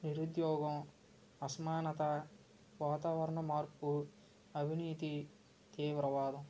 నిరుద్యోగం అసమానత వాతావరణ మార్పు అవినీతి తీవ్రవాదం